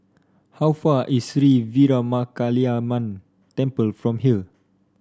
how far is Sri Veeramakaliamman Temple from here